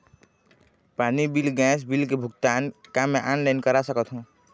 पानी bill gas bill के भुगतान का मैं ऑनलाइन करा सकथों?